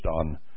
on